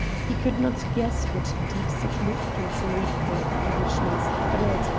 he could not guess what deep significance lay behind the englishman's threat,